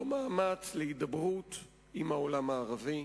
לא מאמץ להידברות עם העולם הערבי,